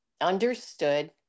understood